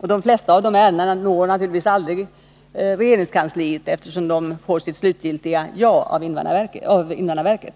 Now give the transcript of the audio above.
De flesta av dessa ärenden når naturligtvis aldrig regeringskansliet, eftersom de får sitt slutgiltiga ja av invandrarverket.